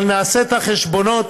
אבל נעשה את החשבונות,